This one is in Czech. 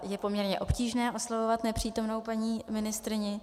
Je poměrně obtížné oslovovat nepřítomnou paní ministryni.